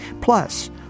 Plus